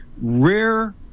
rare